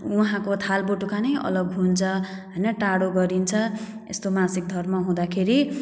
उहाँको थालबटुका नै अलग हुन्छ होइन टाढो गरिन्छ यस्तो मासिक धर्म हुँदाखेरि